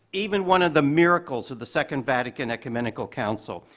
even one of the miracles of the second vatican ecumenical council.